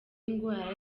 indwara